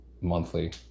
monthly